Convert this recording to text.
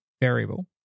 variable